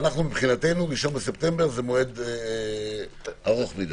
מבחינתנו 1 בספטמבר זה מועד ארוך מדי.